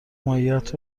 ماهیت